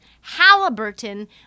Halliburton